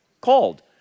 called